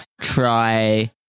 try